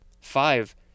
Five